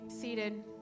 seated